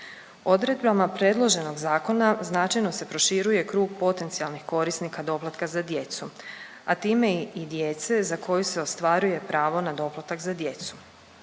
Odredbama predloženog zakona značajno se proširuje krug potencijalnih korisnika doplatka za djecu, a time i djece za koju se ostvaruje pravo na doplatak za djecu.